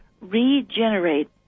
regenerate